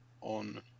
On